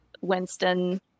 Winston